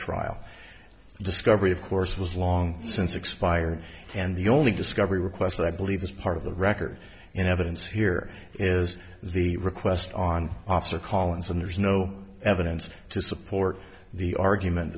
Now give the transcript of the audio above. trial discovery of course was long since expired and the only discovery requests that i believe this part of the record in evidence here is the request on officer collins and there's no evidence to support the argument